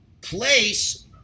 place